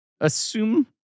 assume